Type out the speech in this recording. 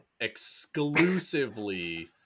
exclusively